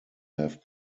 have